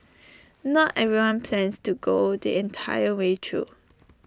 not everyone plans to go the entire way though